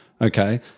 okay